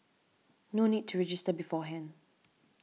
no need to register beforehand